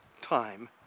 time